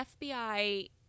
FBI